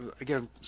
again